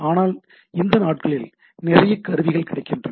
ஆனால் இந்த நாட்களில் நிறைய கருவிகள் கிடைக்கின்றன